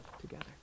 together